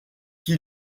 qui